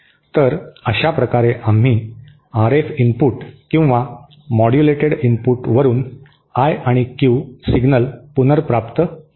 तर अशा प्रकारे आम्ही आरएफ इनपुट किंवा मॉड्युलेटेड इनपुट वरून आय आणि क्यू सिग्नल पुनर्प्राप्त केला